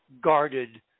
guarded